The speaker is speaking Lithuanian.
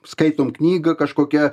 skaitom knygą kažkokia